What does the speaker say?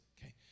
Okay